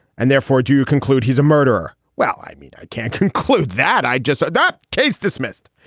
and therefore do conclude he's a murderer. well i mean i can't conclude that i just said that. case dismissed.